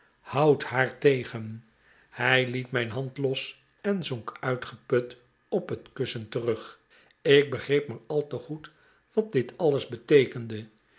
houd haar tegen hij iiet mijn hand los en zonk uitgeput op het kussen terug ik begreep maar al te goed wat dit alles beteekende